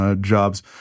jobs